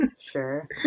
Sure